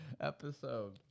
episode